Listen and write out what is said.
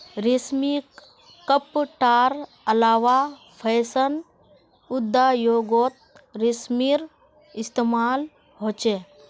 रेशमी कपडार अलावा फैशन उद्द्योगोत रेशमेर इस्तेमाल होचे